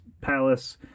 palace